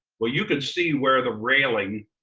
well, you can see where the railing,